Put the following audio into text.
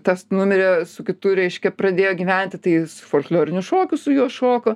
tas numirė su kitu reiškia pradėjo gyventi tais folklorinius šokius su juo šoko